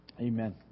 Amen